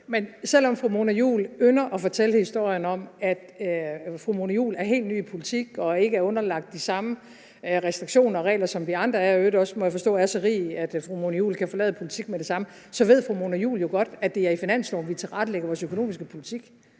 Men selv om fru Mona Juul ynder at fortælle historien om, at fru Mona Juul er helt ny i politik og ikke er underlagt de samme restriktioner og regler, som vi andre er, og i øvrigt også er, må jeg forstå, så rig, at fru Mona Juul kan forlade politik med det samme, så ved fru Mona Juul jo godt, at det er i finansloven, vi tilrettelægger vores økonomiske politik.